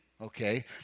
okay